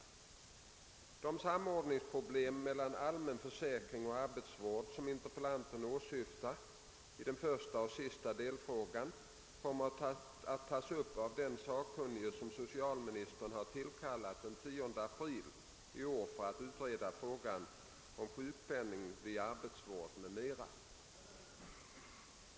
De samordningsproblem mellan allmän försäkring och arbetsvård som interpellanten åsyftar i den första och den sista delfrågan kommer att tas upp av den sakkunnige som socialministern har tillkallat den 10 april i år för att utreda frågan om sjukpenning vid arbetsvård m.m.